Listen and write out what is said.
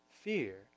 fear